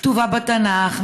כתובה בתנ"ך,